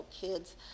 kids